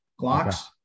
Glocks